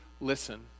listen